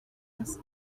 this